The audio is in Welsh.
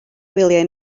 gwyliau